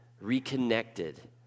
reconnected